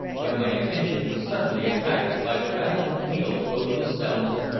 when my attention was suddenly attracted by the rattle of wheels over the stones,